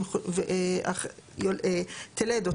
תלד,